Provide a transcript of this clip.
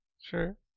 Sure